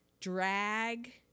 drag